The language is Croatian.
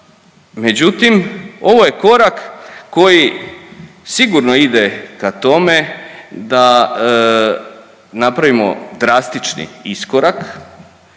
međutim ovo je korak koji sigurno ide ka tome da napravimo drastični iskorak